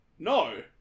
No